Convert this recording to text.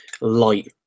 light